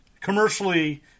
commercially